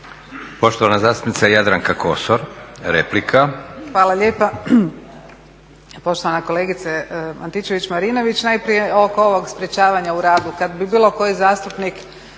**Kosor, Jadranka (Nezavisni)** Hvala lijepa. Poštovana kolegice Antičević-Marinović, najprije oko ovog sprječavanja u radu. Kad bi bilo koji zastupnik